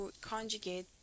conjugate